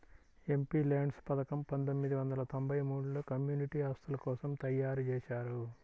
MPLADS పథకం పందొమ్మిది వందల తొంబై మూడులో కమ్యూనిటీ ఆస్తుల కోసం తయ్యారుజేశారు